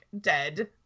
dead